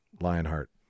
Lionheart